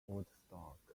woodstock